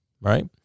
right